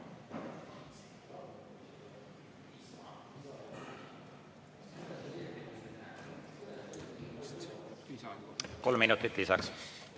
Kolm minutit lisaks.